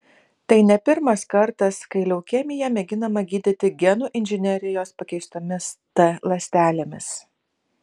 tai ne pirmas kartas kai leukemiją mėginama gydyti genų inžinerijos pakeistomis t ląstelėmis